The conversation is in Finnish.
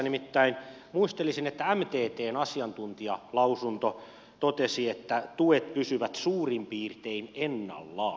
nimittäin muistelisin että mttn asiantuntijalausunnossa todettiin että tuet pysyvät suurin piirtein ennallaan